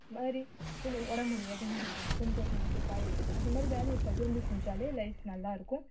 இது மாதிரி உடம்பு முடியலையா துணி துவைக்கிறது துணி துவச்சாங்கன்னா போய் காய வைக்கிறது இது மாதிரி வேலையை பகிர்ந்து செஞ்சாலே லைஃப் நல்லாயிருக்கும்